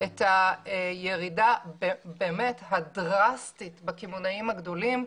את הירידה הדרסטית של הקמעונאים הגדולים